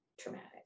traumatic